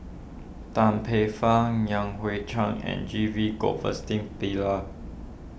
Tan Paey Fern Yan Hui Chang and G V Pillai